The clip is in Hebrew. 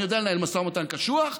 אני יודע לנהל משא ומתן קשוח,